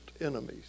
enemies